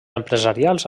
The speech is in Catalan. empresarials